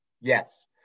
Yes